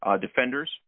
Defenders